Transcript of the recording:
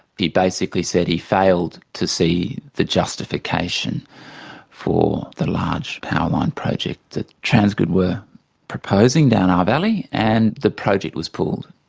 he basically said he failed to see the justification for the large power line project that transgrid were proposing down our valley, and the project was pulled.